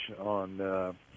on –